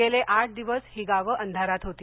गेले आठ दिवस ही गावं अंधारात होती